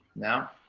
now?